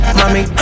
mommy